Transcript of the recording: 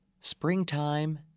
Springtime